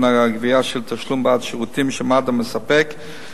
הגבייה של תשלום בעד שירותים שמד"א מספק,